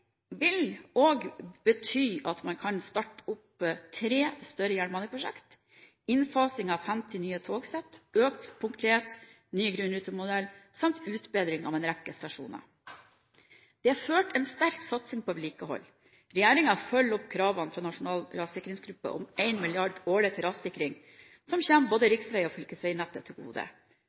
vil også bety at man kan starte opp tre større jernbaneprosjekt, innfasing av 50 nye togsett, økt punktlighet, ny grunnrutemodell samt utbedring av en rekke stasjoner. Det er ført en sterk satsing på vedlikehold. Regjeringen følger opp kravene fra Nasjonal rassikringsgruppe om 1 mrd. kr årlig til rassikring, som kommer både riksvei- og fylkesveinettet til gode.